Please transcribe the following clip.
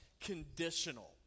conditional